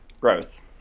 gross